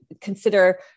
consider